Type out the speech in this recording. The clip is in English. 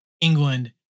England